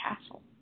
castle